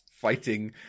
fighting